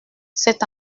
cet